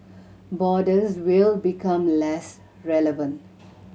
borders will become less relevant